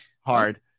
hard